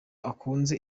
akunze